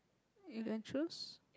you can choose